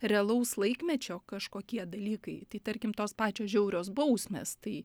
realaus laikmečio kažkokie dalykai tai tarkim tos pačios žiaurios bausmės tai